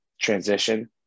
transition